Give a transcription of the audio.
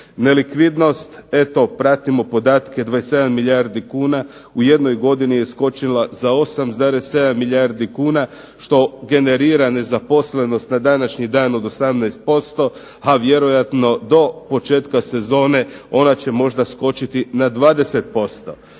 Nelikvidnost eto pratimo podatke 27 milijardi kuna u jednoj godini je skočila za 8,7 milijardi kuna što generira nezaposlenost na današnji dan od 18%, a vjerojatno do početka sezone ona će možda skočiti na 20%.